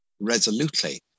resolutely